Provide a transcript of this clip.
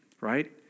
right